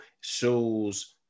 shows